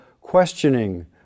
questioning